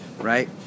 Right